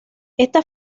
esta